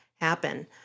happen